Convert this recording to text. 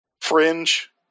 Fringe